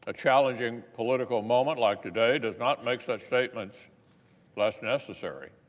ah challenging political moment like today does not make such statements less necessary.